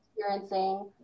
experiencing